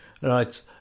right